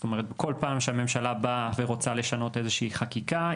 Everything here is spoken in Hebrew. כל פעם שהממשלה רוצה לשנות חקיקה,